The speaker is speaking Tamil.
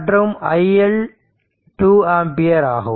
மற்றும் i L 2 ஆம்பியர் ஆகும்